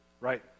right